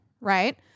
right